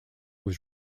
was